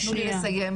תנו לי לסיים,